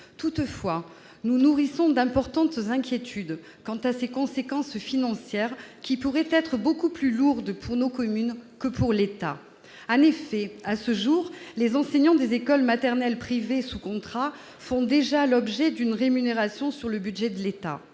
Toutefois, nous nourrissons d'importantes inquiétudes quant à ses conséquences financières, qui pourraient être beaucoup plus lourdes pour nos communes que pour l'État. En effet, à ce jour, les enseignants des écoles maternelles privées sous contrat sont déjà rémunérés par l'État.